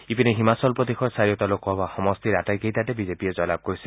ইপিন হিমাচল প্ৰদেশৰ চাৰিওটা লোকসভা সমষ্টিৰ আটাইকেইটাতে বিজেপিয়ে জয়লাভ কৰিছে